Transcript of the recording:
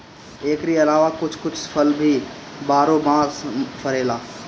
एकरी अलावा कुछ कुछ फल भी बारहो मास फरेला